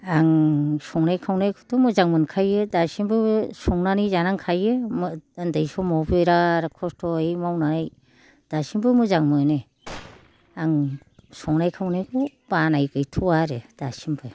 आं संनाय खावनायखौथ' मोजां मोनखायो दासिमबो संनानै जानांखायो उन्दै समाव बिराद खस्थ'यै मावनाय दासिमबो मोजां मोनो आं संनाय खावनायखौ बानाय गैथ'आ आरो दासिमबो